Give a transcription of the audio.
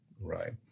right